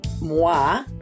moi